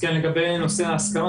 לגבי נושא ההסדרה,